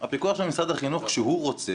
כשהפיקוח של משרד החינוך רוצה,